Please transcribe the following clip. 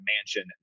mansion